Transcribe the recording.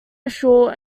ashore